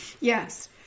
Yes